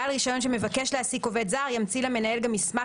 בעל רישיון שמבקש להעסיק עובד זר ימציא למנהל מסמך